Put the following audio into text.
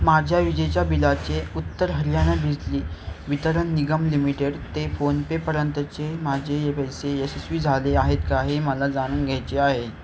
माझ्या विजेच्या बिलाचे उत्तर हरियाणा बिजली वितरण निगम लिमिटेड ते फोनपेपर्यंतचे माझे ये पैसे यशस्वी झाले आहेत का हे मला जाणून घ्यायचे आहे